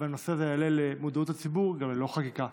והנושא הזה יעלה למודעות הציבור גם ללא חקיקה.